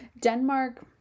Denmark